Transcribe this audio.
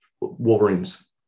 wolverine's